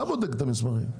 אתה בודק את המסמכים.